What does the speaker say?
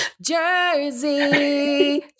jersey